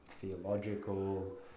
theological